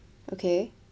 okay